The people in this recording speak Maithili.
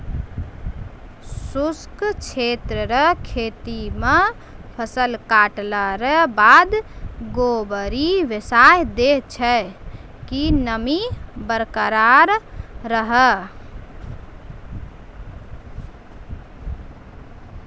शुष्क क्षेत्र रो खेती मे फसल काटला रो बाद गभोरी बिसाय दैय छै कि नमी बरकरार रहै